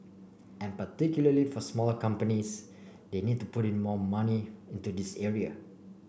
and particularly for smaller companies they need to put more money into this area